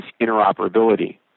interoperability